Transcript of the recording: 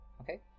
okay